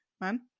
man